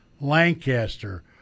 Lancaster